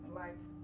life